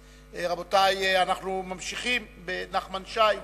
רבותי, אנחנו ממשיכים עם נחמן שי,